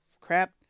crap